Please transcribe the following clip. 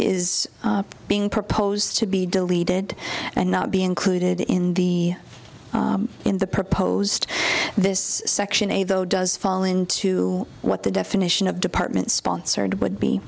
is being proposed to be deleted and not be included in the in the proposed this section a though does fall into what the definition of department sponsored would be